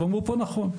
אמרו פה נכון,